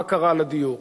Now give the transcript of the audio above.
מה קרה לדיור.